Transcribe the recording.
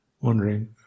wondering